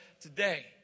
today